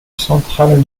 centrale